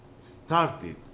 started